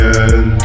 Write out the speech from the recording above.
end